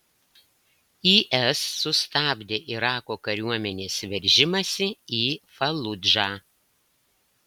is sustabdė irako kariuomenės veržimąsi į faludžą